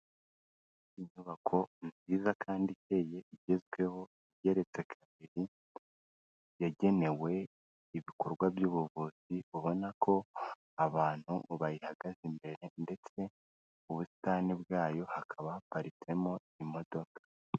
Inyubako nziza kandi icyeye igezweho, igeretse kabiri yagenewe ibikorwa by'ubuvuzi ubona ko abantu bayihagaze imbere ndetse ubusitani bwayo hakaba haparitsemo imodoka.